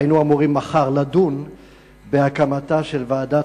מחר היינו אמורים לדון בהקמתה של ועדת